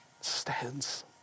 stands